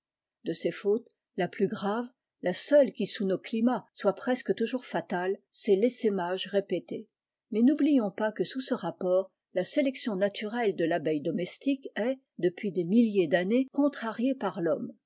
de ces fautes la plus grave la seule qui sous nos climats soit presque toujours fatale c'est tessaimage répété mais n'oublions pas que sous ce rapport la sélection naturelle de l'abeille domestique est depuis des milliers d'années contrariée par l'homme